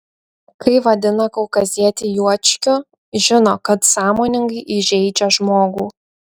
kai vadina kaukazietį juočkiu žino kad sąmoningai įžeidžia žmogų